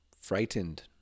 frightened